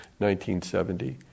1970